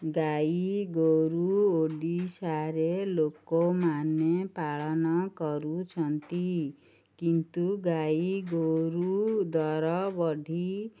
ଗାଈ ଗୋରୁ ଓଡ଼ିଶାରେ ଲୋକମାନେ ପାଳନ କରୁଛନ୍ତି କିନ୍ତୁ ଗାଈ ଗୋରୁ ଦର ବଢ଼ି